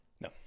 No